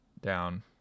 down